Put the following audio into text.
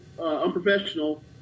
unprofessional